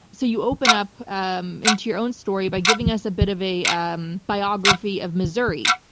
so you open up um into your own story by giving us a bit of a um biography of missouri,